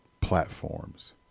platforms